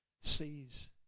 sees